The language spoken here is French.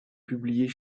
publiés